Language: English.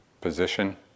position